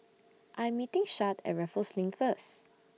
I Am meeting Shad At Raffles LINK First